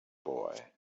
boy